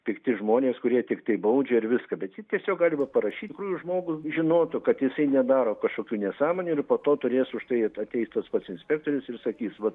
pikti žmonės kurie tiktai baudžia ir viską bet tiesiog galima parašyti kur žmogus žinotų kad jisai nedaro kažkokių nesąmonių ir po to turės už tai ateis tas pats inspektorius ir sakys vat